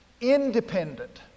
independent